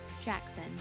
Jackson